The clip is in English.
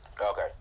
Okay